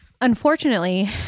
Unfortunately